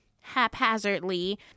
haphazardly